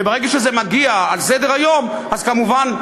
וברגע שזה מגיע לסדר-היום כמובן,